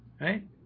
Right